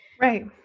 Right